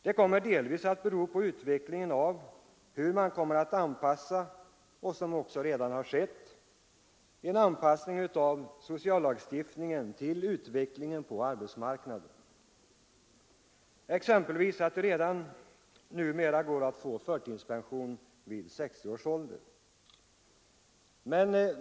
Det kommer delvis att bero på hur man anpassar sociallagstiftningen — anpassning har redan skett — till utvecklingen på arbetsmarknaden. Det går exempelvis redan nu att få förtidspension vid 60 års ålder.